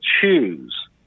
choose